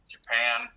Japan